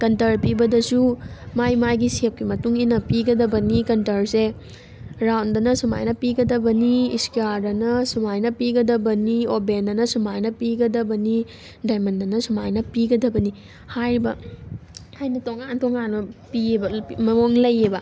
contour ꯄꯤꯕꯗꯁꯨ ꯃꯥꯏ ꯃꯥꯏꯒꯤ ꯁꯦꯞꯀꯤ ꯃꯇꯨꯡ ꯏꯟꯅ ꯄꯤꯒꯗꯕꯅꯤ ꯀꯟꯇꯔꯁꯦ ꯔꯥꯎꯟꯗꯅ ꯁꯨꯃꯥꯏꯅ ꯄꯤꯒꯗꯕꯅꯤ ꯁ꯭ꯀꯋꯥꯔꯗꯅ ꯁꯨꯃꯥꯏꯅ ꯄꯤꯒꯗꯕꯅꯤ ꯑꯣꯕꯦꯜꯗꯅ ꯁꯨꯃꯥꯏꯅ ꯄꯤꯒꯗꯕꯅꯤ ꯗꯥꯏꯃꯟꯗꯅ ꯁꯨꯃꯥꯏꯅ ꯄꯤꯒꯗꯕꯅꯤ ꯍꯥꯏꯕ ꯍꯥꯏꯗꯤ ꯇꯣꯉꯥꯟ ꯇꯣꯉꯥꯟꯅ ꯄꯤꯑꯕ ꯃꯑꯣꯡ ꯂꯩꯑꯕ